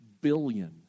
billion